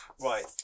Right